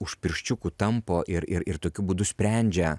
už pirščiukų tampo ir ir ir tokiu būdu sprendžia